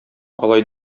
алай